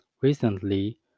recently